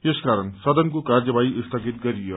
यसकारण सदनको कार्यवाही स्थगित गरियो